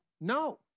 No